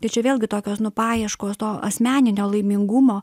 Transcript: tai čia vėlgi tokios nu paieškos to asmeninio laimingumo